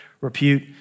repute